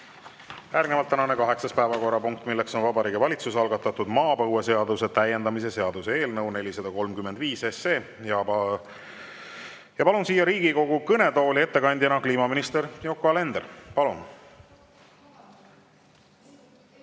Järgnevalt tänane kaheksas päevakorrapunkt, mis on Vabariigi Valitsuse algatatud maapõueseaduse täiendamise seaduse eelnõu 435. Palun siia Riigikogu kõnetooli ettekandeks kliimaminister Yoko Alenderi. Palun!